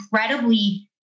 incredibly